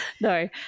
No